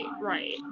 right